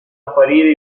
apparire